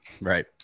Right